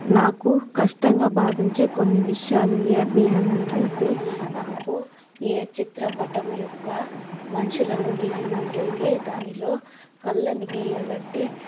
నాకు కష్టంగా భావించే కొన్ని విషయాలు ఏమీ అన్నట్లయితే నాకు ఏ చిత్రపటం యొక్క మనుషులను గీసినట్లయితే దానిలో కళ్ళను గీయాల అంటే